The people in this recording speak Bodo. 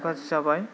खोब गाज्रि जाबाय